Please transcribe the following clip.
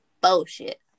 bullshit